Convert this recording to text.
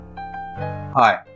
Hi